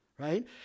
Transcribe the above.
right